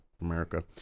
America